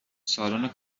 سالن